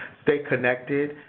stay connected,